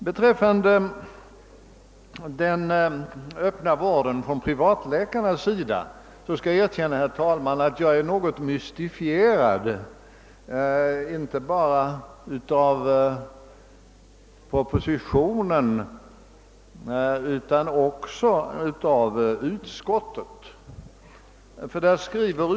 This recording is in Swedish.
Beträffande den öppna vård som privatläkarna svarar för skall jag erkänna, herr talman, att jag är något mystifierad inte bara av propositionen utan också av utskottets skrivning.